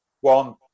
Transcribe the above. one